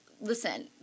listen